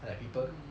mm